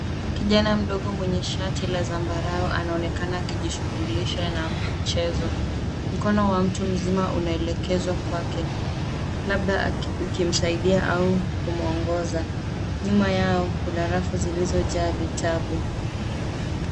Kijana mdogo mwenye shati la zambarau anaonekana akijishughulisha na mchezo. Mkono wa mtu mzima unaelekezwa labda ukimsaidia au kumwongoza. Nyuma yao kuna rafu zilozojaa vitabu.